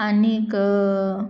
आनीक